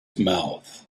mouth